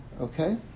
Okay